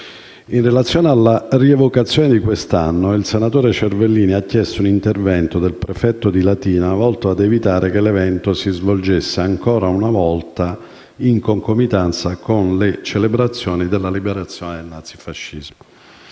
In relazione alla rievocazione di quest'anno, il senatore Cervellini ha chiesto un intervento del prefetto di Latina volto ad evitare che l'evento si svolgesse ancora una volta in concomitanza con le celebrazioni della liberazione dal nazifascismo.